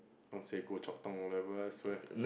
I'll say Goh-Chok-Tong or whatever I swear